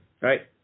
right